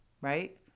Right